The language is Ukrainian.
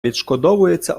відшкодовується